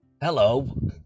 Hello